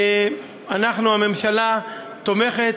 אנחנו, הממשלה תומכת.